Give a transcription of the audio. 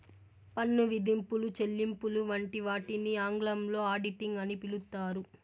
పన్ను విధింపులు, చెల్లింపులు వంటి వాటిని ఆంగ్లంలో ఆడిటింగ్ అని పిలుత్తారు